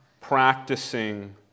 practicing